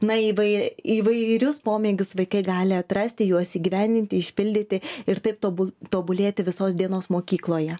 na įvai įvairius pomėgius vaikai gali atrasti juos įgyvendinti išpildyti ir taip tobu tobulėti visos dienos mokykloje